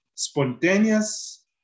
Spontaneous